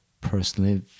personally